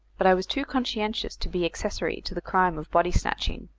but i was too conscientious to be accessory to the crime of body-snatching,